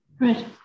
right